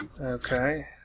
Okay